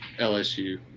LSU